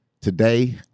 today